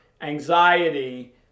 anxiety